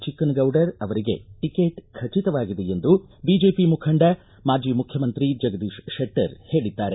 ಚಿಕ್ಕನಗೌಡರ್ ಅವರಿಗೆ ಟಕೆಟ್ ಖಚಿತವಾಗಿದೆ ಎಂದು ಬಿಜೆಪಿ ಮುಖಂಡ ಮಾಜಿ ಮುಖ್ಯಮಂತ್ರಿ ಜಗದೀಶ್ ಶೆಟ್ಟರ್ ಹೇಳದ್ದಾರೆ